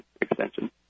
extension